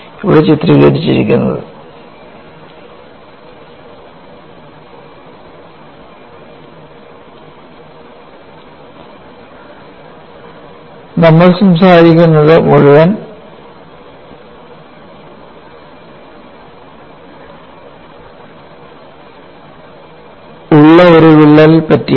ഇവിടെ ചിത്രീകരിച്ചിരിക്കുന്നത് നമ്മൾ സംസാരിക്കുന്നത് മുഴുവൻ ഉള്ള ഒരു വിള്ളൽ പറ്റിയാണ്